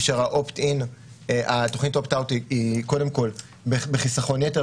כאשר התוכנית של ה-opt out היא קודם כול בחיסכון יתר,